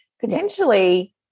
potentially